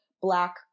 black